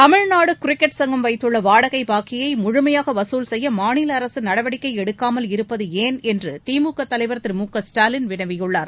Tamil Nadu cricket சங்கம் வைத்துள்ள வாடகை பாக்கியை முழுமையாக வசூல் செய்ய மாநில அரசு நடவடிக்கை எடுக்காமல் இருப்பது ஏன் என்று திமுக தலைவர் திரு மு க ஸ்டாலின் வினவியுள்ளார்